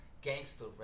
gangster